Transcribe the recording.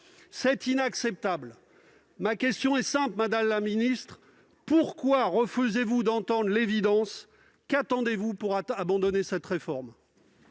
C'est inacceptable. Ma question est simple, madame la ministre : pourquoi refusez-vous d'entendre l'évidence ? Qu'attendez-vous pour abandonner cette réforme ?